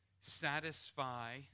satisfy